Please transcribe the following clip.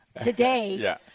today